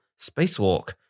spacewalk